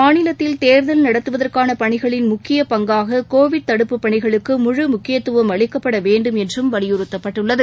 மாநிலத்தில் தேர்தல் நடத்துவதற்கான பணிகளின் முக்கிய பங்காக கோவிட் தடுப்பு பணிகளுக்கு முழு முக்கியத்துவம் அளிக்கப்படவேண்டும் என்றும் வலியுறுத்தப்பட்டுள்ளது